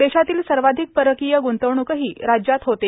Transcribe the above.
देशातील सर्वाधिक परकांय गुंतवणूकहां राज्यात होते